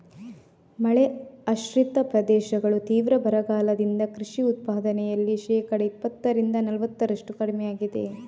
ಮಳೆ ಆಶ್ರಿತ ಪ್ರದೇಶಗಳು ತೀವ್ರ ಬರಗಾಲದಿಂದ ಕೃಷಿ ಉತ್ಪಾದನೆಯಲ್ಲಿ ಶೇಕಡಾ ಇಪ್ಪತ್ತರಿಂದ ನಲವತ್ತರಷ್ಟು ಕಡಿಮೆಯಾಗಿದೆ